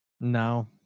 No